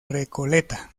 recoleta